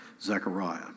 Zechariah